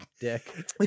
dick